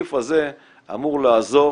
הסעיף הזה אמור לעזור,